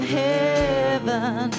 heaven